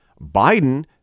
Biden